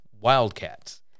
Wildcats